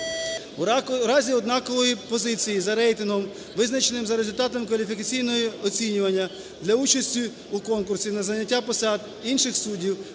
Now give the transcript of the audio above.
У разі однакової позиції за рейтингом, визначеним за результатами кваліфікаційного оцінювання для участі у конкурсі на зайняття посад інших суддів